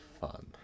fun